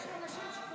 עם ישראל חי.